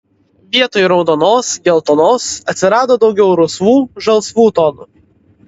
vietoj raudonos geltonos atsirado daugiau rusvų žalsvų tonų